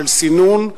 של סינון,